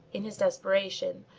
in his desperation,